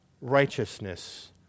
Righteousness